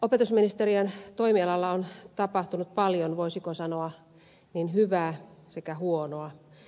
opetusministeriön toimialalla on tapahtunut paljon voisiko sanoa hyvää sekä huonoa